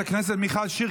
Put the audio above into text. חברת הכנסת מיכל שיר,